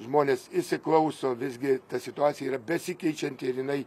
žmonės įsiklauso visgi ta situacija yra besikeičianti ir jinai